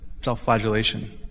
self-flagellation